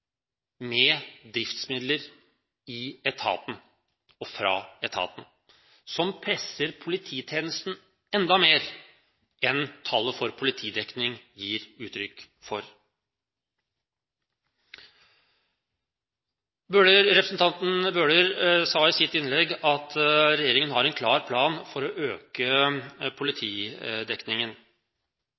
med driftsmidler fra etaten, noe som presser polititjenesten enda mer enn tallet for politidekning gir uttrykk for. Representanten Bøhler sa i sitt innlegg at regjeringen har en klar plan for å øke politidekningen.